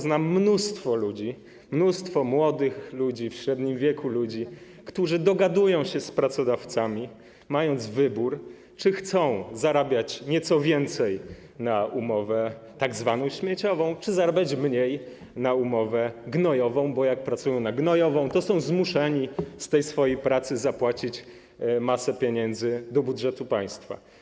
Znam mnóstwo ludzi, mnóstwo młodych ludzi, w średnim wieku ludzi, którzy dogadują się z pracodawcami, mając wybór, czy chcą zarabiać nieco więcej, pracując na umowę tzw. śmieciową, czy chcą zarabiać mniej, pracując na umowę gnojową, bo jak pracują na umowę gnojową, to są zmuszeni z tej swojej pracy zapłacić masę pieniędzy do budżetu państwa.